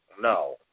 no